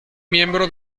miembro